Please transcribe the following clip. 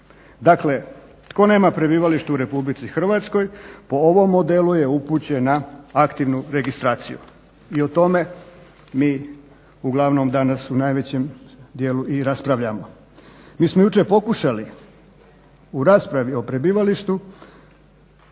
Dakle, tko nema prebivalište u RH po ovom modelu je upućen na aktivnu registraciju. I o tome mi uglavnom danas u najvećem dijelu i raspravljamo. Mi smo jučer pokušali o raspravi o prebivalištu